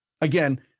Again